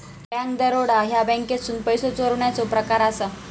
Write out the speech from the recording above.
bank दरोडा ह्या बँकेतसून पैसो चोरण्याचो प्रकार असा